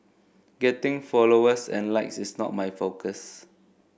getting followers and likes is not my focus